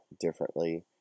differently